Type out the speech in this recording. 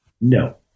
No